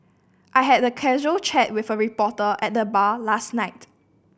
I had a casual chat with a reporter at the bar last night